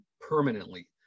permanently